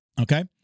okay